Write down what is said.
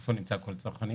איפה נמצא כל צרכן.